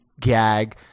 gag